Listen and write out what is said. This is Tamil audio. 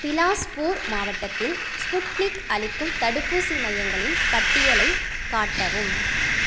பிலாஸ்பூர் மாவட்டத்தில் ஸ்புட்னிக் அளிக்கும் தடுப்பூசி மையங்களின் பட்டியலைக் காட்டவும்